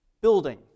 building